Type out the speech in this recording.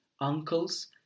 uncles